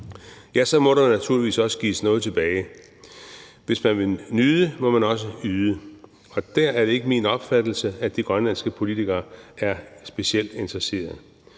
ja, så må der naturligvis også gives noget tilbage. Hvis man vil nyde, må man også yde. Og der er det ikke min opfattelse, at de grønlandske politikere er specielt interesseret.